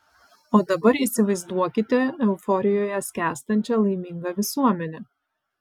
o dabar įsivaizduokite euforijoje skęstančią laimingą visuomenę